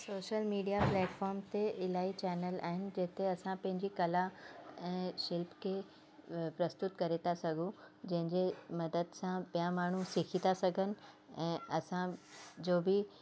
social media platform ते इलाही channel आहिनि जिते असां पंहिंजी कला ऐं शिल्प खे प्रस्तुत करे था सघूं जंहिंजे मदद सां ॿियां माण्हू सिखी था सघनि ऐं असांजो बि